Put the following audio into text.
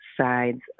sides